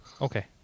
okay